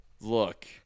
look